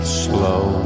slow